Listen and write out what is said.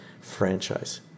franchise